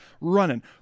running